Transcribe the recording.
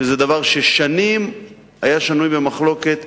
שזה דבר ששנים היה שנוי במחלוקת.